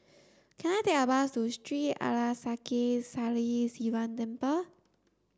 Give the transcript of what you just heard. can I take a bus to Sri Arasakesari Sivan Temple